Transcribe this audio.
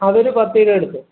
അതൊരു പത്തു കിലോ എടുത്തോ